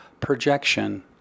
projection